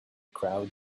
crowd